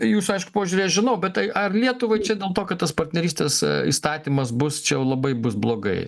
jūsų aišku požiūrį aš žinau bet tai ar lietuvai čia dėl to kad tas partnerystės įstatymas bus čia labai bus blogai